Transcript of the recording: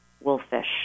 wolfish